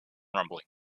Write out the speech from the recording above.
rumbling